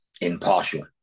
Impartial